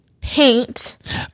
paint